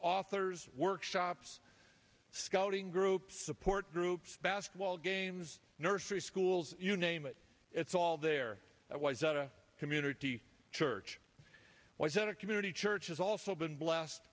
authors workshops scouting groups support groups basketball games nursery schools you name it it's all there it was a community church was that a community church has also been blessed